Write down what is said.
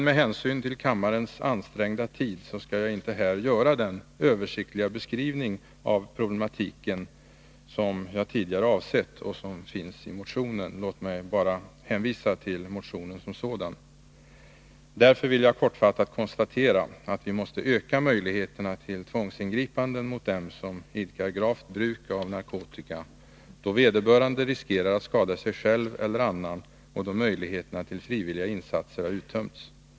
Med hänsyn till kammarens ansträngda tid skall jag inte göra den översiktliga beskrivning av problematiken som jag tidigare avsett — jag hänvisar till motionen. Låt mig kortfattat konstatera att vi måste öka möjligheterna till tvångsingripanden mot dem som idkar gravt bruk av narkotika, då vederbörande riskerar att skada sig själv eller annan och då möjligheterna till frivilliga insatser har. Nr 153 uttömts.